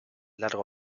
largo